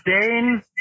Dane